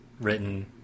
written